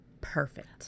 perfect